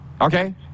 okay